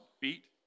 feet